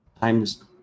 times